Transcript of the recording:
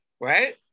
Right